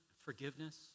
Forgiveness